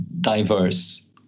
diverse